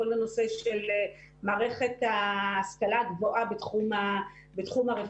כל הנושא של מערכת ההשכלה הגבוהה בתחום הרפואה.